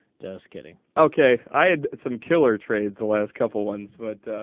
us getting okay i had some killer trade the last couple ones but.